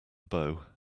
bow